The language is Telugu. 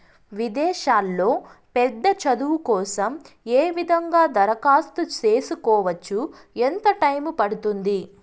విదేశాల్లో పెద్ద చదువు కోసం ఏ విధంగా దరఖాస్తు సేసుకోవచ్చు? ఎంత టైము పడుతుంది?